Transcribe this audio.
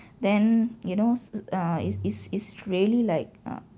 then you knows uh is is is really like uh